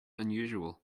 unusual